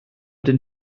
den